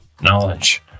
knowledge